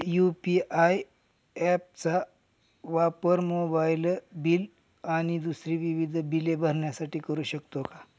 UPI app चा वापर mobile bill आणि दुसरी विविध बिले भरण्यासाठी करू शकतो का?